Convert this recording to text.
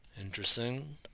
Interesting